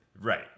Right